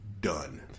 done